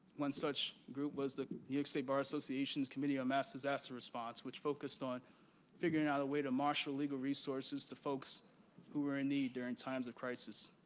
one such group was the new york state bar association's committee on mass disaster response, which focused on figuring out a way to marshal legal resources to folks who were in need during times of crisis.